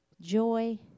joy